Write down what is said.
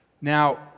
Now